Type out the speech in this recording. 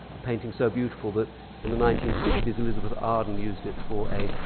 a painting so beautiful that in the nineteen sixty s elizabeth arden used it for a,